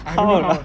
I don't know how